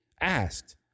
asked